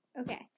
Okay